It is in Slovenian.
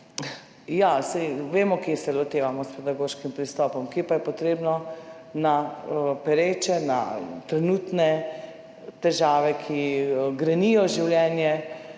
Saj vemo, kje se lotevamo s pedagoškim pristopom, kje pa se moramo na pereče, na trenutne težave, ki grenijo življenje,